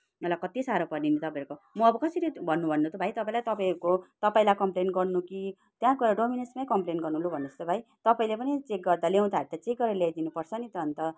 मलाई कत्ति साह्रो पऱ्यो नि तपाईँहरूको म अब कसरी भन्नु भन्नु त भाइ तपाईँलाई तपाईँको तपाईँलाई कम्प्लेन गर्नु कि त्यहाँको डोमिनोसमै कम्प्लेन गर्नु ल भन्नुहोस् त भाइ तपाईँले पनि चेक गर्दा ल्याउँदाखेरि त चेक गरेर ल्याइदिनुपर्छ नि त अन्त